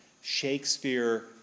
Shakespeare